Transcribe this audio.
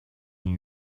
new